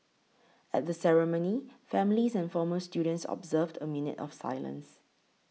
at the ceremony families and former students observed a minute of silence